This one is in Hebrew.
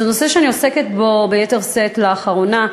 זה נושא שאני עוסקת בו ביתר שאת לאחרונה,